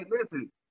listen